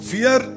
Fear